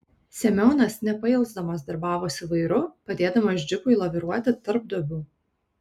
semionas nepailsdamas darbavosi vairu padėdamas džipui laviruoti tarp duobių